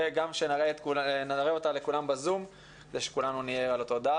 וגם שנראה אותה לכולם בזום כדי שכולנו נהיה על אותו דף.